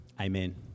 Amen